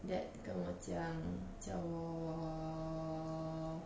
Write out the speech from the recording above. dad 跟我讲叫我